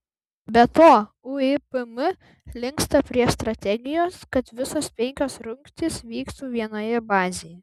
be to uipm linksta prie strategijos kad visos penkios rungtys vyktų vienoje bazėje